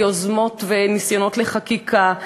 ויוזמות וניסיונות חקיקה.